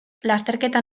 lasterketa